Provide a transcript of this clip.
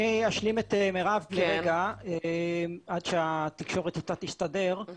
אני אשלים את מירב עד שהתקשורת אתה תסתדר.